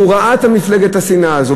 והוא ראה את מפלגת השנאה הזו,